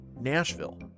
Nashville